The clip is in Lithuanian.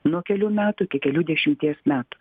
nuo kelių metų iki kelių dešimties metų